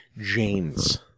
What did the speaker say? James